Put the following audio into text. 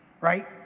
right